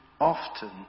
often